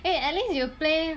wait at least you play